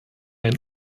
ein